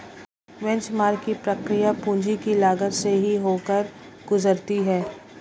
benchmark की प्रक्रिया पूंजी की लागत से ही होकर गुजरती है